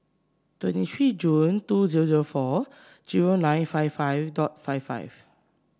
twenty three June two zero zero four zero nine five five dot five five